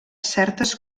certes